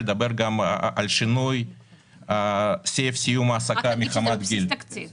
לדבר גם על שינוי סעיף סיום העסקה מחמת גיל